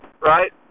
right